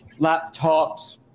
laptops